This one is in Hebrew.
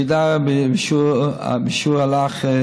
ירידה בשיעור אלח,